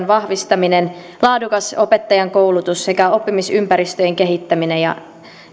vahvistaminen laadukas opettajankoulutus sekä oppimisympäristöjen kehittäminen ja